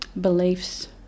beliefs